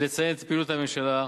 לציין את פעילות הממשלה השנה.